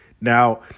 Now